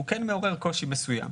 הוא כן מעורר קושי מסוים.